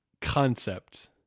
concept